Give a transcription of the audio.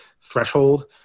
threshold